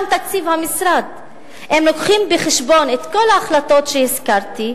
גם תקציב המשרד: אם מביאים בחשבון את כל ההחלטות שהזכרתי,